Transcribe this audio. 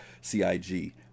CIG